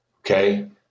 Okay